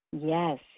Yes